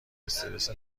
استرس